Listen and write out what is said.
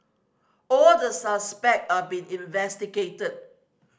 all the suspect are being investigated